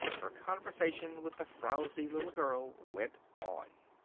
her conversation with the frowzy little girl went on.